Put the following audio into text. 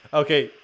okay